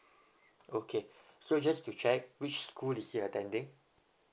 okay so just to check which school is he attending